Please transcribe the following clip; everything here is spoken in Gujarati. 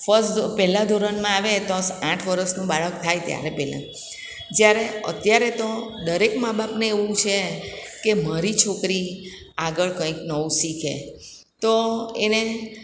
ફસ્ટ પહેલા ધોરણમાં આવે તો આઠ વર્ષનું બાળક થાય ત્યારે પહેલામાં જ્યારે અત્યારે તો દરેક મા બાપને એવું છે કે મારી છોકરી આગળ કંઈક નવું શીખે તો એને